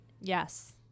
yes